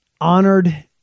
Honored